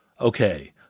Okay